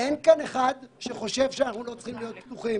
אין כאן אחד שחושב שאנחנו לא צריכים להיות פתוחים,